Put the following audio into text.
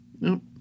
Nope